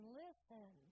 listen